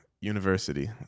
university